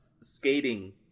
skating